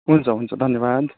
हुन्छ हुन्छ धन्यवाद